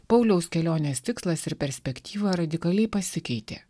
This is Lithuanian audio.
pauliaus kelionės tikslas ir perspektyva radikaliai pasikeitė